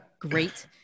Great